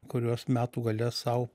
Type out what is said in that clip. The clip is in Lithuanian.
kuriuos metų gale sau